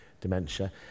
dementia